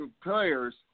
players